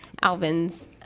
Alvin's